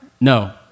No